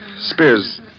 Spears